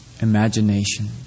imagination